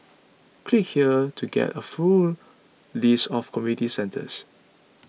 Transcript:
click here to get a full list of community centres